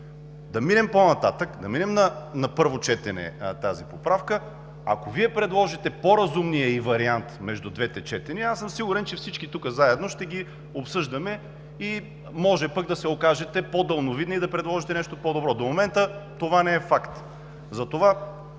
са едни и същи, а да минем на първо четене тази поправка. Ако Вие предложите по-разумния й вариант между двете четения, аз съм сигурен, че всички тук заедно ще го обсъждаме – може пък да се окажете по-далновидни и да предложите нещо по-добро. До момента това не е факт.